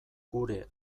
gure